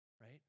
Right